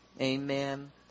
amen